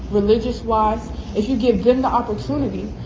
religious-wise if you give them the opportunity,